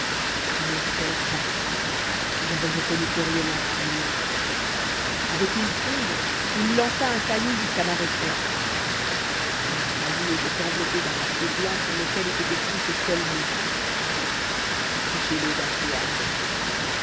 mon coeur battit j'avais reconnu coriolan parmi eux avec une fronde il lança un caillou jusqu'à ma retraite le caillou était enveloppé d'un papier blanc sur lequel étaient écrits ces seuls mots approchez le d'un feu ardent